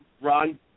Ron